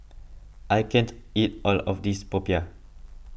I can't eat all of this Popiah